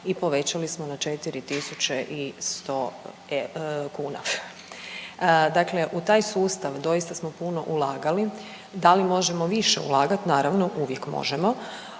i povećali smo na 4.100 kuna. Dakle, u taj sustav doista smo puno ulagali. Da li možemo više ulagati? Naravno uvijek možemo